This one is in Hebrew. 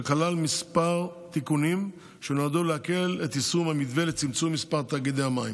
שכלל כמה תיקונים שנועדו להקל את יישום המתווה לצמצום מספר תאגידי המים.